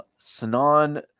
sanan